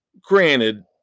granted